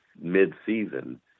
mid-season